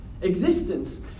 Existence